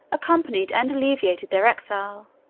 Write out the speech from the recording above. accompanied and alleviated their exile,